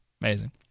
Amazing